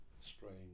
strange